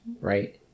Right